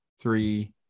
three